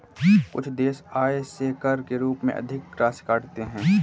कुछ देश आय से कर के रूप में बहुत अधिक राशि काटते हैं